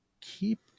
keep